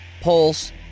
Pulse